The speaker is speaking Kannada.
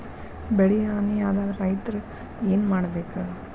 ಬೆಳಿ ಹಾನಿ ಆದಾಗ ರೈತ್ರ ಏನ್ ಮಾಡ್ಬೇಕ್?